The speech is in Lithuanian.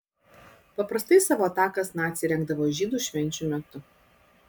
paprastai savo atakas naciai rengdavo žydų švenčių metu